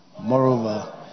moreover